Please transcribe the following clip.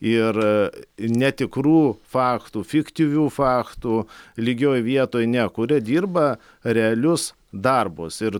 ir netikrų faktų fiktyvių faktų lygioj vietoj nekuria dirba realius darbus ir